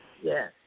Yes